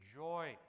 joy